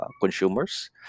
consumers